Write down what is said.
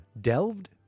delved